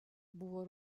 buvo